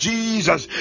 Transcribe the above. Jesus